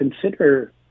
consider